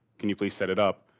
can you please set it up?